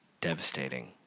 devastating